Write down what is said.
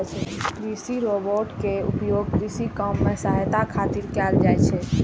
कृषि रोबोट के उपयोग कृषि काम मे सहायता खातिर कैल जाइ छै